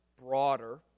broader